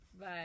Bye